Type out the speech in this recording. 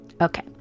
Okay